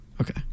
Okay